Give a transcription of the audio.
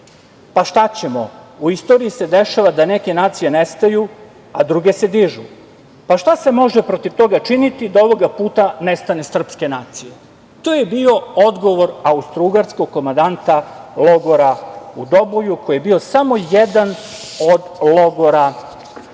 pa, šta ćemo, u istoriji se dešava da neke nacije nestaju, a druge se dižu. Pa, šta se može protiv toga činiti da ovoga puta nestane srpske nacije? To je bio odgovor austrougarskog komandanta logora u Doboju koji je bio samo jedan od logora u toku